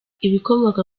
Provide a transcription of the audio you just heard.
ibikomoka